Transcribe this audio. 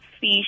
fish